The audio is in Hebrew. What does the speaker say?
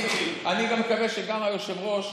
אני מקווה שגם היושב-ראש,